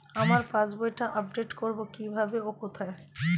আমার পাস বইটি আপ্ডেট কোরবো কীভাবে ও কোথায়?